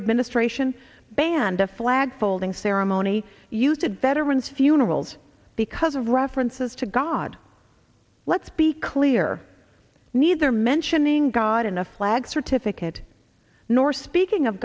administration banned the flag folding ceremony used veterans funerals because of references to god let's be clear neither mentioning god in a flag certificate nor speaking of